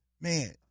Man